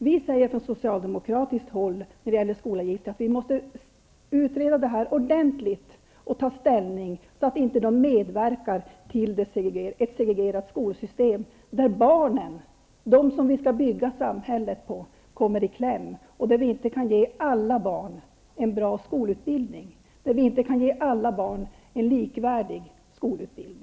Vi säger från socialdemokratiskt håll att frågan om skolavgifter måste utredas ordentligt innan vi tar ställning, så att de inte medverkar till ett segregerat skolsystem, där barnen, som vi skall bygga samhället på, kommer i kläm och där vi inte kan ge alla barn en bra och likvärdig skolutbildning.